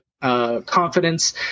Confidence